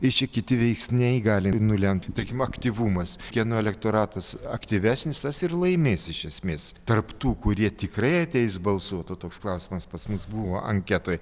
ir čia kiti veiksniai gali nulemti tarkim aktyvumas kieno elektoratas aktyvesnis tas ir laimės iš esmės tarp tų kurie tikrai ateis balsuot o toks klausimas pas mus buvo anketoj